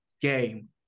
game